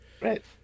Right